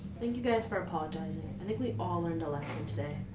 thank you guys for apologizing. i think we all learned a lesson today.